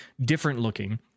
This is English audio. different-looking